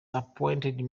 appointed